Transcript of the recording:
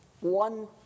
one